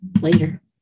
Later